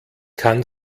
kann